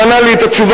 והוא ענה לי את התשובה,